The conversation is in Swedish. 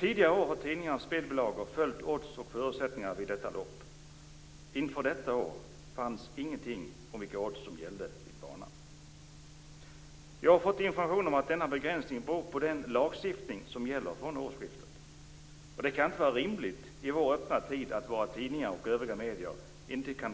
Tidigare år har tidningarnas spelbilagor följt odds och förutsättningar vid detta lopp. Inför det här året fanns ingenting om vilka odds som gällde vid banan. Jag har fått information om att denna begränsning beror på den lagstiftning som gäller från årsskiftet. Det kan inte vara rimligt i vår öppna tid att tidningar och övriga medier inte skall